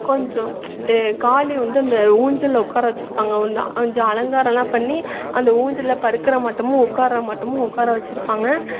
கொஞ்சம் ஏ காளி வந்து இந்த ஊஞ்சலில் உட்கார வச்சிருப்பாங்க ஒன்று கொஞ்சம் அலங்காரம்லாம் பண்ணி அந்த ஊஞ்சலில் படுக்கிற மாட்டமும் உட்கார்ற மாட்டமும் உட்கார வச்சிருப்பாங்க